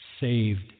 saved